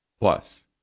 Plus